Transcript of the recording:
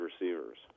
receivers